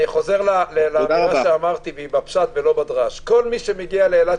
אני חוזר למה שאמרתי בפשט ולא בדרש כל מי שמגיע לאילת